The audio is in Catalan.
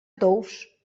tous